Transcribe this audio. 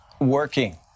working